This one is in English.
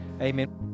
Amen